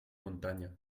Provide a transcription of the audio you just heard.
montaña